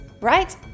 Right